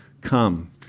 come